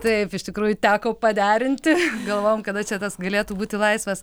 taip iš tikrųjų teko paderinti galvojom kada čia tas galėtų būti laisvas